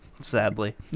Sadly